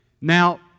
Now